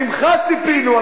ממך ציפינו,